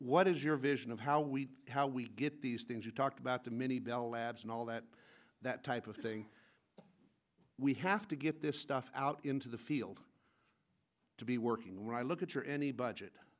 what is your vision of how we how we get these things you talked about the many bell labs and all that that type of thing we have to get this stuff out into the field to be working when i look at your any budget